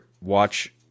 watch